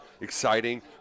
Exciting